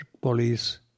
police